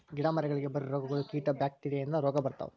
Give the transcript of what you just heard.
ಗಿಡಾ ಮರಗಳಿಗೆ ಬರು ರೋಗಗಳು, ಕೇಟಾ ಬ್ಯಾಕ್ಟೇರಿಯಾ ಇಂದ ರೋಗಾ ಬರ್ತಾವ